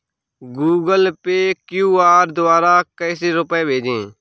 Google Pay QR द्वारा कैसे रूपए भेजें?